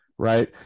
right